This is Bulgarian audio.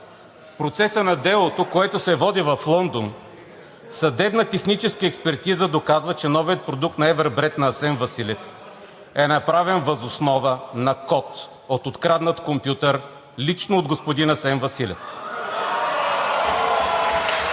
В процеса на делото, което се води в Лондон, съдебна техническа експертиза доказва, че новият продукт на Everbread на Асен Василев е направен въз основа на код от откраднат компютър лично от господин Асен Василев.